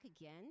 again